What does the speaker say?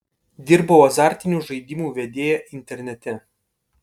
dirbau azartinių žaidimų vedėja internete